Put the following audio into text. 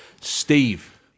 Steve